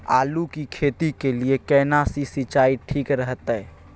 आलू की खेती के लिये केना सी सिंचाई ठीक रहतै?